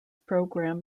program